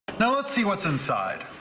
now let's see what's inside.